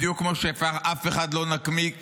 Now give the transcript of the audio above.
בדיוק כמו שאף אחד לא נקי,